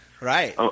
Right